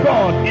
God